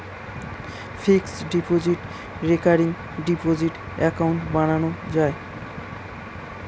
fixed deposit, recurring deposit account বানানো যায়